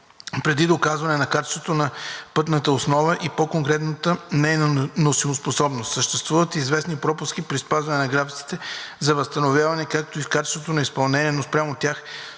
преди доказване на качеството на пътната основа и по-конкретно нейната носимоспособност. Съществуват известни пропуски при спазване на графиците за възстановяване, както и в качеството на изпълнение, но спрямо тях